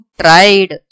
tried